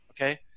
Okay